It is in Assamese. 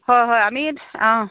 হয় হয় আমি অঁ